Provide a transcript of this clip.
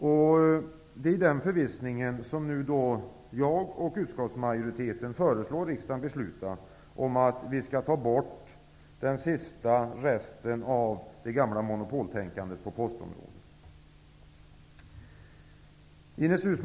Det är i den förvissningen som utskottsmajoriteten föreslår riksdagen besluta att ta bort den sista resten av det gamla monopoltänkandet på postområdet.